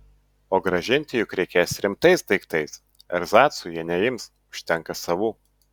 o grąžinti juk reikės rimtais daiktais erzacų jie neims užtenka savų